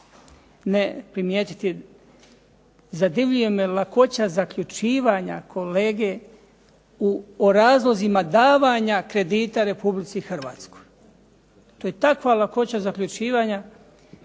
ne primjetiti, zadivljuje me lakoća zaključivanja kolege o razlozima davanja kredita Republici Hrvatskoj. To je takva lakoća zaključivanja,